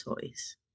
toys